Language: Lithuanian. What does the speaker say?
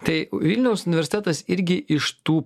tai vilniaus universitetas irgi iš tų